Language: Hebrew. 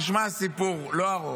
תשמע סיפור, לא ארוך.